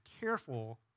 careful